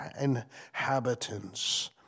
inhabitants